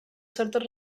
certes